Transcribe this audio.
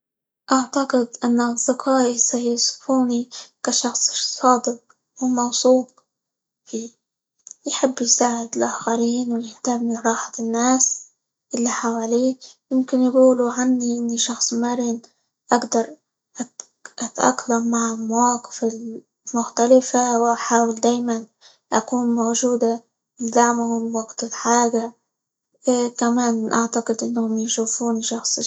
أعتقد أن أصدقائي سيصيفونى كشخص صادق، وموثوق فيه، يحب يساعد الآخرين، ويهتم براحة الناس اللي حواليه، ممكن يقولوا عني إني شخص مرن، أقدر -اتق- أتأقلم مع المواقف -ال- المختلفة، وأحاول دايما أكون موجودة داعمة وقت الحاجة، كمان أعتقد إنهم يشوفوني شخص -ش-.